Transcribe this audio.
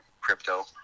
crypto